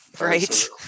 right